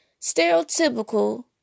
stereotypical